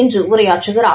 இன்று உரையாற்றுகிறார்